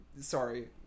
sorry